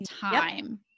time